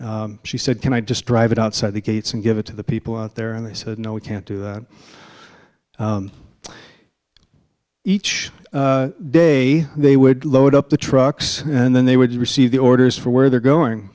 burned she said can i just drive it outside the gates and give it to the people out there and they said no we can't do that each day they would load up the trucks and then they would receive the orders for where they're going